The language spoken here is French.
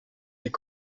est